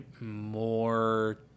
more